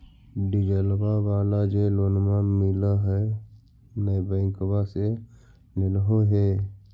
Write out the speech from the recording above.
डिजलवा वाला जे लोनवा मिल है नै बैंकवा से लेलहो हे?